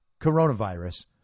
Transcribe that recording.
coronavirus